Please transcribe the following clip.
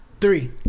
Three